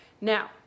Now